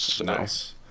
Nice